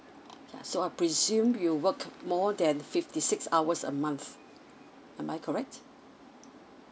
ya so I presume you work more than fifty six hours a month am I correct